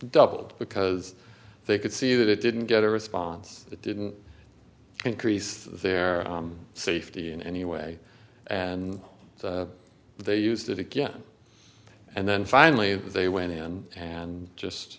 doubled because they could see that it didn't get a response it didn't increase their safety in any way and they used it again and then finally they went in and